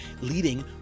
leading